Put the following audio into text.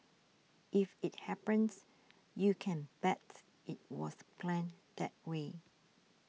if it happens you can bet it was planned that way